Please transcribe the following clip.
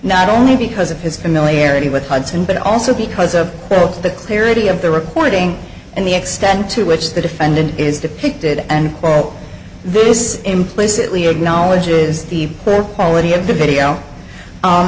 not only because of his familiarity with hudson but also because of both the clarity of the reporting and the extent to which the defendant is depicted and this implicitly of knowledge is the their quality of the video